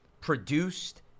produced